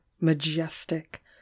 majestic